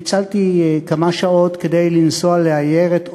ניצלתי כמה שעות כדי לנסוע לעיירת הורי,